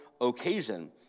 occasion